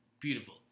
beautiful